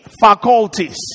faculties